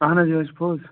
اَہَن حظ یہِ حظ چھُ پوٚز